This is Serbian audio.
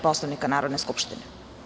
Poslovnika Narodne Skupštine.